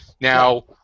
Now